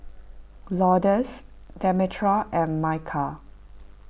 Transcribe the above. Lourdes Demetra and Mychal